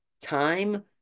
time